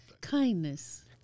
Kindness